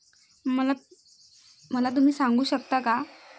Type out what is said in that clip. मला मला तुम्ही सांगू शकता का